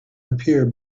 appear